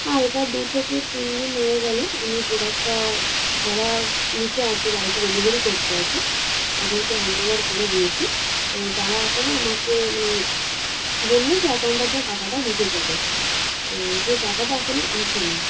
হ্যাঁ এটা দু থেকে তিন দিন হয়ে গেলো আমি প্রোডাক্টটা যারা নিতে আসে বাড়িতে ডেলিভারি করতে আসে তাদেরকে হ্যান্ডওভার করে দিয়েছি তো তারা এখনও আমাকে মানে বলল যে অ্যাকাউন্টে আপনার টাকাটা ঢুকে যাবে তো সেই টাকাটা এখনও আসেনি